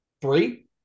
Three